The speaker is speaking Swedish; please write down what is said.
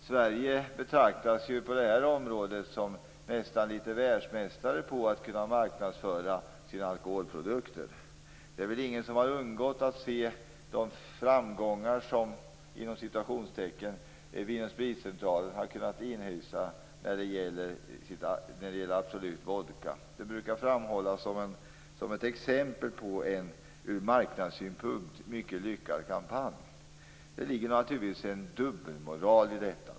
Sverige betraktas på det här området som nästan litet världsmästare på att kunna marknadsföra sina alkoholprodukter. Det är väl ingen som har undgått att se de "framgångar" som Vin och Spritcentralen har kunnat inhysta när det gäller Absolut vodka. Det brukar framhållas som ett exempel på en ur marknadssynpunkt mycket lyckad kampanj. Det ligger naturligtvis en dubbelmoral i detta.